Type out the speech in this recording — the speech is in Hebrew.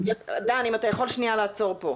דן, אם אתה יכול לעצור פה.